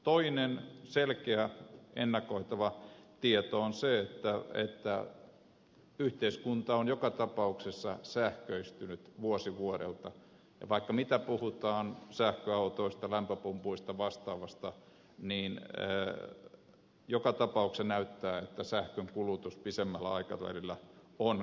toinen selkeä ennakoitava tieto on se että yhteiskunta on joka tapauksessa sähköistynyt vuosi vuodelta ja vaikka mitä puhutaan sähköautoista lämpöpumpuista vastaavasta niin joka tapauksessa näyttää että sähkönkulutus pidemmällä aikavälillä on kasvussa